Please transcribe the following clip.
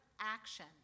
action